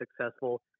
successful